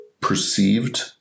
perceived